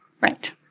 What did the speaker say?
right